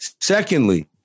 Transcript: secondly